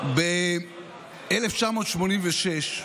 ב-1986,